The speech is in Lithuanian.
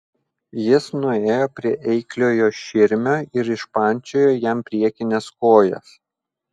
jis nuėjo prie eikliojo širmio ir išpančiojo jam priekines kojas